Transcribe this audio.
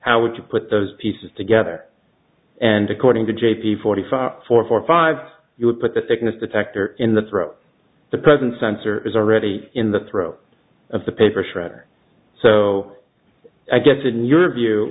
how would you put those pieces together and according to j p forty five for five you would put the thickness detector in the the present sensor is already in the throes of the paper shredder so i guess in your view